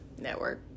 network